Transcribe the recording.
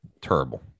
Terrible